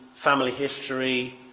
family history.